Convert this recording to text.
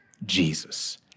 Jesus